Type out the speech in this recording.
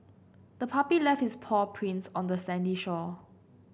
the puppy left its paw prints on the sandy shore